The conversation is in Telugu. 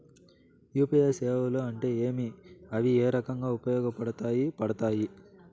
యు.పి.ఐ సేవలు అంటే ఏమి, అవి ఏ రకంగా ఉపయోగపడతాయి పడతాయి?